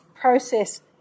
process